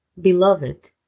Beloved